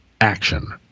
action